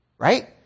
right